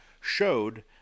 showed